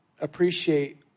appreciate